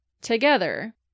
Together